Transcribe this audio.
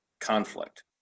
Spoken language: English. conflict